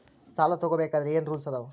ಸಾಲ ತಗೋ ಬೇಕಾದ್ರೆ ಏನ್ ರೂಲ್ಸ್ ಅದಾವ?